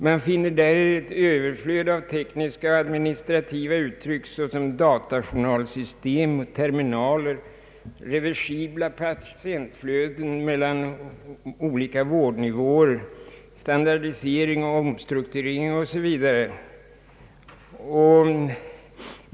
Man finner där ett överflöd av tekniska administrativa uttryck såsom datajournalsystem, terminaler, reversibla patieniflöden mellan olika vårdnivåer, standardisering, om strukturering o. s. v.